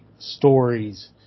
stories